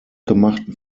gemachten